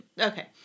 Okay